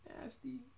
nasty